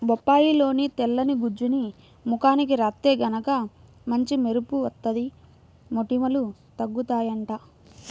బొప్పాయిలోని తెల్లని గుజ్జుని ముఖానికి రాత్తే గనక మంచి మెరుపు వత్తది, మొటిమలూ తగ్గుతయ్యంట